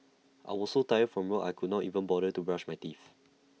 I was so tired from work I could not even bother to brush my teeth